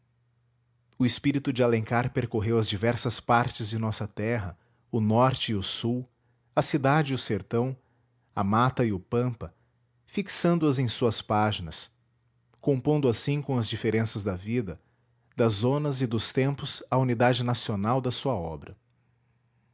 o espírito de alencar percorreu as diversas partes de nossa terra o norte e o sul a cidade e o sertão a mata e o pampa fixando as em suas páginas compondo assim com as diferenças da vida das zonas e dos tempos a unidade nacional da sua obra